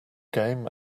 game